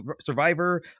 survivor